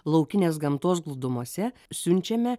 laukinės gamtos glūdumose siunčiame